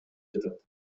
жатат